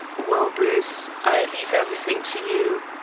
well, bruce, i leave everything to you.